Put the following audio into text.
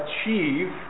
achieve